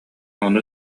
ону